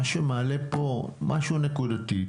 מה שמועלה פה זה משהו נקודתי.